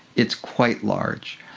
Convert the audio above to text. it's quite large.